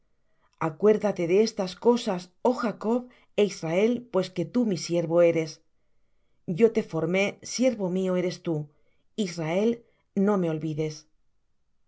acuérdate de estas cosas oh jacob é israel pues que tú mi siervo eres yo te formé siervo mío eres tú israel no me olvides